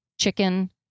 chicken